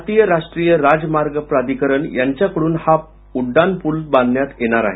भारतीय राष्ट्रीय राजमार्ग प्राधिकरण यांच्या कडून हा उड्डाण पूल बांधण्यात येणार आहे